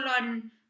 on